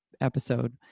episode